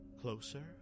closer